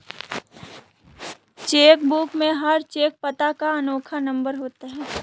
check book में हर cheque पता का अनोखा नंबर होता है